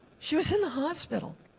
she was in the hospital.